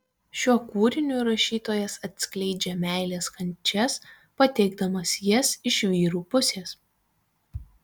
šiuo kūriniu rašytojas atskleidžia meilės kančias pateikdamas jas iš vyrų pusės